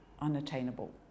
unattainable